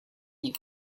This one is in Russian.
них